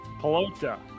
Pelota